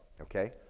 Okay